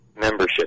membership